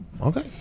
Okay